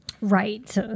Right